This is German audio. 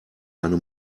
eine